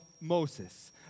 Moses